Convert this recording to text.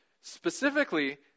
specifically